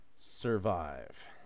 survive